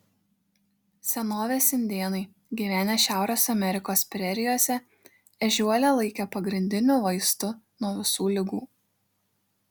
senovės indėnai gyvenę šiaurės amerikos prerijose ežiuolę laikė pagrindiniu vaistu nuo visų ligų